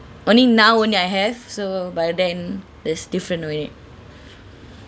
only now only I have so but then it's different already